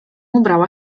ubrała